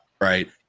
right